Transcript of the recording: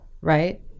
right